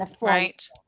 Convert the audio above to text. Right